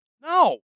No